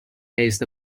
gazed